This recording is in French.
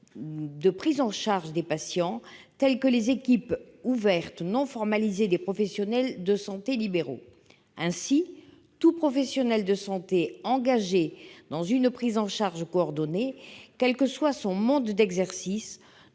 de prise en charge des patients. Je citerai, notamment, les équipes ouvertes non formalisées de professionnels de santé libéraux. Ainsi, tout professionnel de santé engagé dans une prise en charge coordonnée, quel que soit son mode d'exercice,